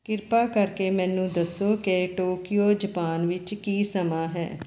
ਕਿਰਪਾ ਕਰਕੇ ਮੈਨੂੰ ਦੱਸੋ ਕਿ ਟੋਕੀਓ ਜਾਪਾਨ ਵਿੱਚ ਕੀ ਸਮਾਂ ਹੈ